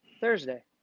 Thursday